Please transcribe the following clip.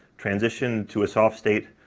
transitioned to a soft state,